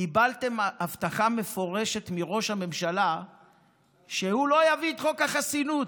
קיבלתם הבטחה מפורשת מראש הממשלה שהוא לא יביא את חוק החסינות.